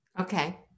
Okay